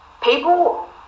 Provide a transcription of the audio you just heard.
people